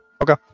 Okay